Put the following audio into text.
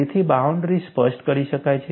તેથી બાઉન્ડરી સ્પષ્ટ કરી શકાય છે